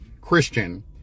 Christian